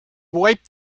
wiped